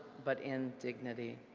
but in dignity.